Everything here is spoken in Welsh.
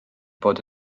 bod